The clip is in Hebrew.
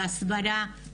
בהסברה,